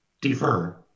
defer